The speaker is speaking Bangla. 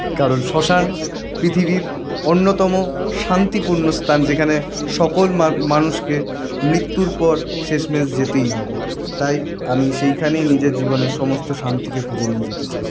কারণ শ্মশান পৃথিবীর অন্যতম শান্তিপূর্ণ স্থান যেখানে সকল মা মানুষকে মৃত্যুর পর শেষমেশ যেতেই হবে তাই আমি সেইখানেই নিজের জীবনের সমস্ত শান্তিকে খুঁজে নিয়ে যেতে চাই